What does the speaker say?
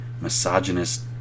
misogynist